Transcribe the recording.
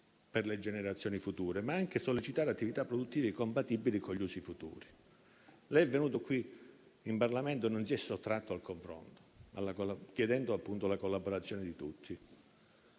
per le generazioni future, ma deve anche sollecitare attività produttive compatibili con gli usi futuri. Signor Ministro, lei è venuto qui in Parlamento e non si è sottratto al confronto, chiedendo la collaborazione di tutti.